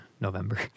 November